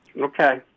Okay